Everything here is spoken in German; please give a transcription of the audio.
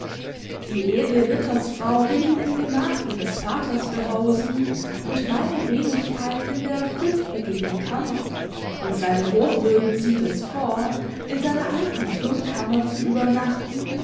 die edle rittersfrau will ihn im gemach ihres vaters behausen und meine wenigkeit in der fünfeckigen kammer und seine hochwürden zieht es vor in seiner alten turmkammer zu übernachten